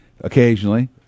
Occasionally